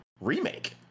remake